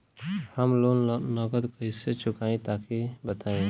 हम लोन नगद कइसे चूकाई तनि बताईं?